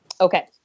Okay